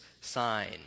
sign